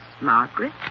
Margaret